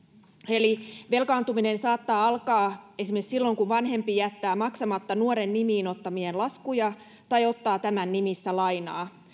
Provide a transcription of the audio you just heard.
velkaantuminen saattaa alkaa esimerkiksi silloin kun vanhempi jättää maksamatta nuoren nimiin ottamiaan laskuja tai ottaa tämän nimissä lainaa